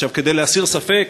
כדי להסיר ספק,